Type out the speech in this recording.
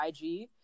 ig